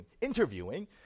interviewing